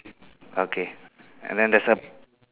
okay and then there's a